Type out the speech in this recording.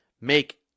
make